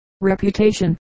Reputation